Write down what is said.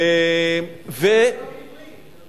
זה לא בעברית,